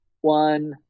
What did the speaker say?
one